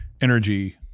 energy